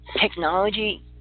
Technology